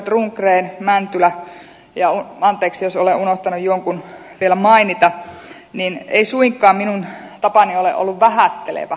edustajat rundgren ja mäntylä ja anteeksi jos olen unohtanut jonkun vielä mainita ei suinkaan minun tapani ole ollut vähättelevä